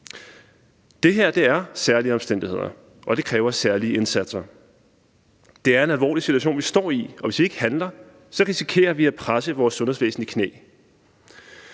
Det her er særlige omstændigheder, og det kræver særlige indsatser. Det er en alvorlig situation, vi står i, og hvis vi ikke handler, risikerer vi at presse vores sundhedsvæsen i knæ.